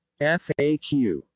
FAQ